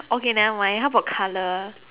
okay nevermind how about color